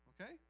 okay